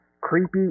creepy